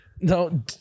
No